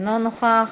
אינו נוכח,